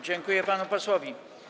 Dziękuję panu posłowi.